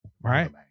Right